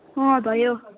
अँ भयो